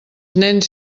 nens